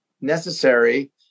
necessary